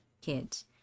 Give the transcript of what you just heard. kids